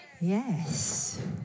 Yes